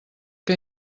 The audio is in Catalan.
que